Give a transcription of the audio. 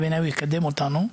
ובעיניי הוא יקדם אותנו.